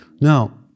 Now